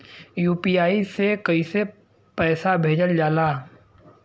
UPI से कइसे पैसा भेजल जाला?